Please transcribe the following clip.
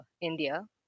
India